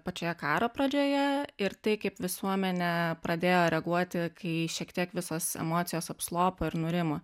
pačioje karo pradžioje ir tai kaip visuomenė pradėjo reaguoti kai šiek tiek visos emocijos apslopo ir nurimo